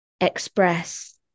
express